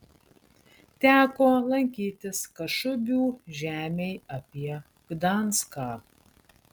teko lankytis kašubių žemėj apie gdanską